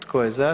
Tko je za?